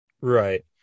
Right